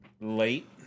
late